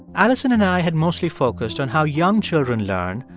alison and i had mostly focused on how young children learn,